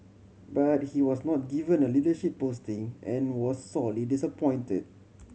but he was not given a leadership posting and was sorely disappointed